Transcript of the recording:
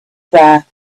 there